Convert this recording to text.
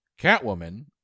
Catwoman